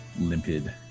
limpid